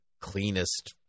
cleanest